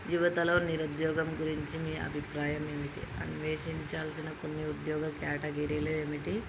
యువతలో నిరుద్యోగం గురించి మీ అభిప్రాయం ఏమిటి అన్వేషించాల్సిన కొన్ని ఉద్యోగ క్యాటగిరీలు ఏమిటి